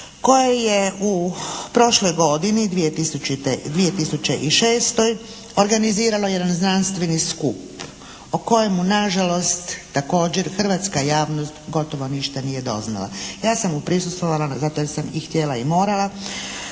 koje je u prošloj godini 2006. organiziralo jedan znanstveni skup o kojemu nažalost također hrvatska javnost gotovo ništa nije doznala. Ja sam mu prisustvovala zato jer sam i htjela i morala,